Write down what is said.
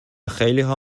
خیلیها